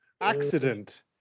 accident